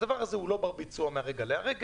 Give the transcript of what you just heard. שהדבר הזה הוא לא בר ביצוע מהרגע להרגע,